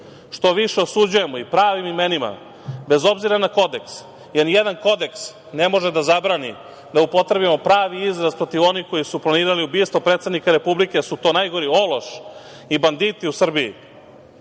što više osuđujemo i pravim imenima, bez obzira na kodeks, jer nijedan kodeks ne može da zabrani da upotrebimo pravi izraz protiv onih koji su planirali ubistvo predsednika Republike. To je najgori ološ i banditi u Srbiji.